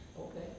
Okay